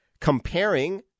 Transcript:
comparing